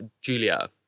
Julia